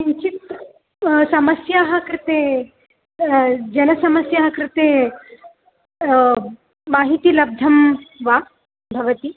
किञ्चित् समस्याः कृते जनसमस्याः कृते माहिति लब्धं वा भवति